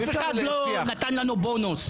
אף אחד לא נתן לנו בונוס.